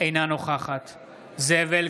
אינה נוכחת זאב אלקין,